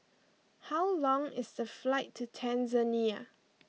how long is the flight to Tanzania